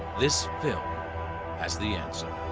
this film has the answer.